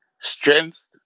Strength